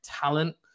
talent